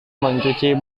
mencuci